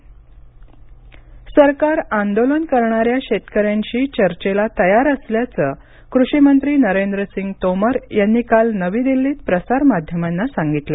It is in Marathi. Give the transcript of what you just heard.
तोमर सरकार आंदोलन करणाऱ्या शेतकऱ्यांशी चर्चेला तयार असल्याचं कृषी मंत्री नरेंद्र सिंग तोमर यांनी काल नवी दिल्लीत प्रसार माध्यमांना सांगितलं